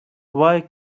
why